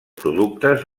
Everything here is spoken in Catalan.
productes